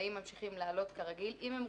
גמלאים ממשיכים לעלות כרגיל, אם הם רוצים.